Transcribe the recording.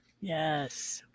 Yes